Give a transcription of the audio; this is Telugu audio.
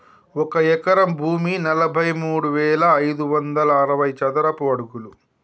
ఒక ఎకరం భూమి నలభై మూడు వేల ఐదు వందల అరవై చదరపు అడుగులు